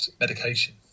medication